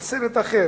על פני סרט אחר,